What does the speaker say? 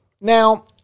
Now